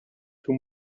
two